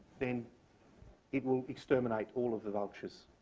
then it will exterminate all of the vultures